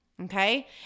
Okay